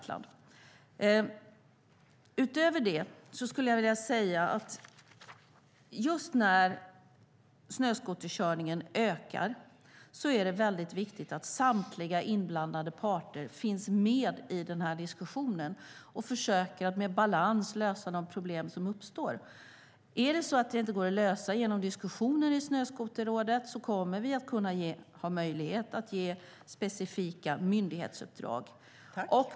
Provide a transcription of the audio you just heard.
Utöver det skulle jag vilja säga att när snöskoterkörningen ökar är det väldigt viktigt att samtliga inblandade parter finns med i diskussionen och med balans försöker lösa de problem som uppstår. Är det så att problem inte går att lösa genom diskussioner i Snöskoterrådet kommer vi att ha möjlighet att ge specifika myndighetsuppdrag.